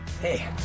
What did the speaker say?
Hey